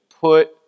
put